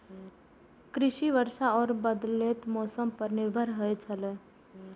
कृषि वर्षा और बदलेत मौसम पर निर्भर होयत छला